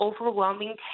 overwhelming